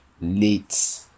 late